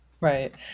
right